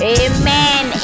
amen